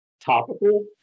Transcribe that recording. topical